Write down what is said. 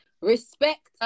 respect